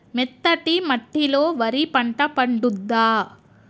మెత్తటి మట్టిలో వరి పంట పండుద్దా?